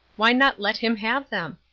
why not let him have them?